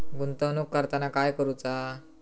गुंतवणूक करताना काय करुचा?